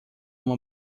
uma